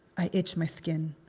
i itch my skin.